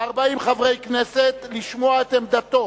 40 חברי הכנסת לשמוע את עמדתו.